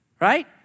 right